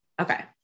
Okay